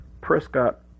Prescott